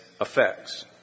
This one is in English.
effects